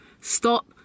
stop